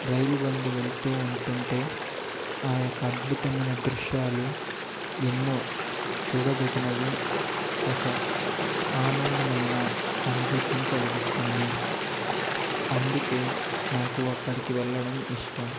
రైలు బండి వెళ్తూ ఉంటుంటే ఆ యొక్క అద్భుతమైన దృశ్యాలు ఎన్నో చూడదగినవి ఒక ఆనందమైన అనుభూతిని కలిగిస్తుంది అందుకే నాకు అక్కడికి వెళ్లడం ఇష్టం